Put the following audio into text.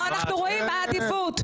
פה אנחנו רואים מה העדיפות.